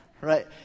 Right